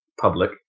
public